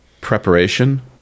preparation